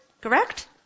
Correct